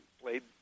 played